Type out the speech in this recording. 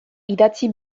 idatzi